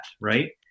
right